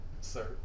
Sir